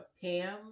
Pam